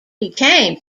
became